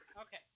Okay